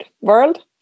world